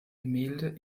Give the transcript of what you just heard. gemälde